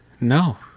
No